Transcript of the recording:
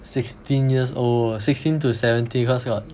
sixteen years old sixteen to seventeen because got